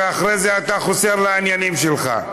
ואחרי זה אתה חוזר לעניינים שלך.